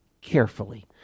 carefully